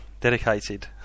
dedicated